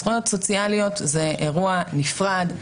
זכויות סוציאליות זה אירוע נפרד,